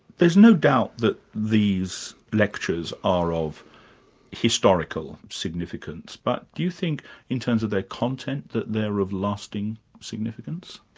there's no doubt that these lectures are of historical significance, but do you think in terms of their content, that they're of lasting significance?